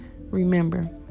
remember